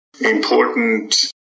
important